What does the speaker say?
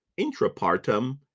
intrapartum